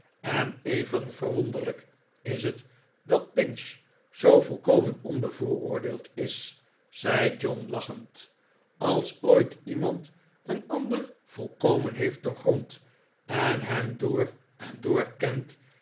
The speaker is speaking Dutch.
ven even verwonderlijk is het dat pinch zoo volkomen onbevooroordeeld is zei john lachend als ooit iemand een ander volkomen heeft doorgrond en hem door en door kent